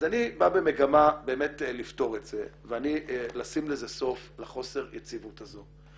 אז אני בא במגמה באמת לפתור את זה ולשים סוף לחוסר יציבות הזו.